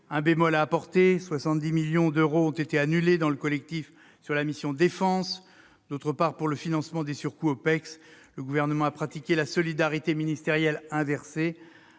un bémol doit être apporté : 70 millions d'euros ont été annulés dans le collectif sur la mission « Défense ». En outre, pour le financement du surcoût des OPEX, le Gouvernement a pratiqué la solidarité ministérielle inversée.